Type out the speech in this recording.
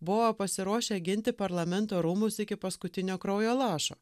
buvo pasiruošę ginti parlamento rūmus iki paskutinio kraujo lašo